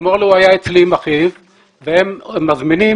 אתמול הוא היה אצלי עם אחיו והם מזמינים